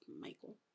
Michael